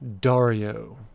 Dario